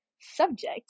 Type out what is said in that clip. subject